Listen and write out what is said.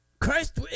Christ